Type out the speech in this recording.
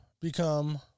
become